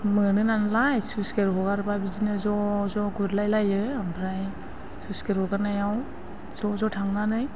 मोनो नालाय sluice gate हगारोबा बिदिनो ज' ज' गुरलाय लायो ओमफ्राय स्लुइस गेट हगारनायाव ज' ज' थांनानै